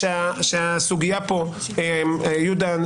יהודה,